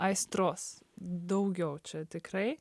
aistros daugiau čia tikrai